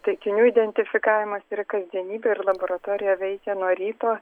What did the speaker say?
taikinių identifikavimas yra kasdienybė ir laboratorija veikia nuo ryto